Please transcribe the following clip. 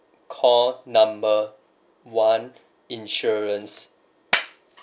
call number one insurance